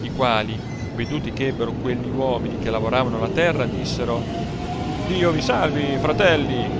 i quali veduti ch'ebbero quelli uomini che lavoravano la terra dissero dio vi salvi fratelli